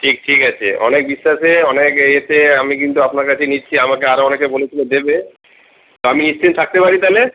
ঠিক ঠিক আছে অনেক বিশ্বাসে অনেক এই এসে আমি কিন্তু আপনার কাছেই নিচ্ছি আমাকে আরও অনেকে বলেছিল দেবে তো আমি নিশ্চিত থাকতে পারি তাহলে